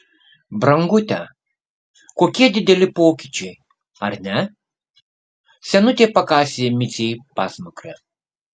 brangute kokie dideli pokyčiai ar ne senutė pakasė micei pasmakrę